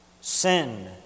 Sin